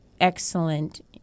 excellent